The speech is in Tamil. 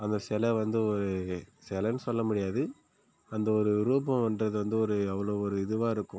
அந்த சிலை வந்து ஒரு சிலனு சொல்ல முடியாது அந்த ஒரு ரூபம் வந்தது வந்து ஒரு அவ்வளோ ஒரு இதுவாக இருக்கும்